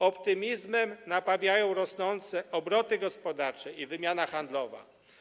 Optymizmem napawają rosnące obroty gospodarcze i wymiana handlowa.